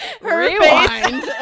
Rewind